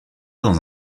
dans